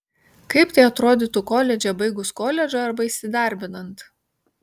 kaip tai atrodytų koledže baigus koledžą arba įsidarbinant